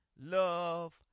love